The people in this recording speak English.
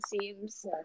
seems